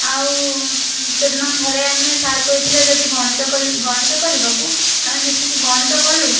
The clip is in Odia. ଆଉ ସେ ଦିନ ଥରେ ଆମେ ସାର୍ କହିଥିଲେ ଯଦି ଗଣିତ କରି ଗଣିତ କରିବାକୁ ଆମେ ମିଶିକି ଗଣିତ କଲୁ